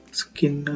skin